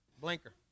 blinker